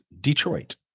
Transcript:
Detroit